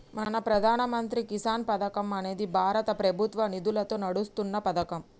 మన ప్రధాన మంత్రి కిసాన్ పథకం అనేది భారత ప్రభుత్వ నిధులతో నడుస్తున్న పతకం